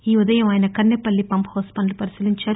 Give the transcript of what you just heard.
ఈ ఉదయం ఆయన కన్నెపల్లి పంప్హౌస్ పనులు పరిశీలించారు